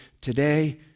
Today